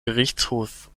gerichtshof